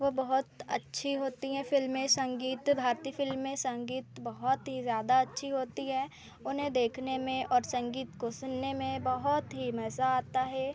वह बहुत अच्छी होती हैं फ़िल्में संगीत भारती फ़िल्म में संगीत बहुत ही ज़्यादा अच्छी होती है उन्हें देखने में और संगीत को सुनने में बहुत ही मज़ा आता है